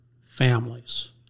families